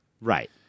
right